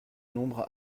nombre